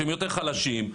יותר חלשים,